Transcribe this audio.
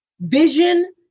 Vision